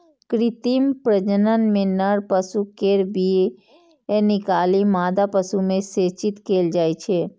कृत्रिम प्रजनन मे नर पशु केर वीर्य निकालि मादा पशु मे सेचित कैल जाइ छै